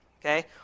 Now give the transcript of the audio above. Okay